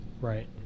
Right